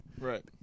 Right